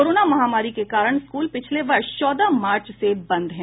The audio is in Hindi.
कोरोना महामारी के कारण स्कूल पिछले वर्ष चौदह मार्च से बंद हैं